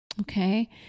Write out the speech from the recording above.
Okay